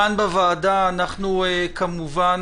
כאן בוועדה כמובן,